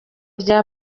rye